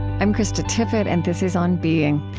i'm krista tippett and this is on being.